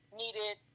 needed